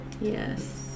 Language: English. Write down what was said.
Yes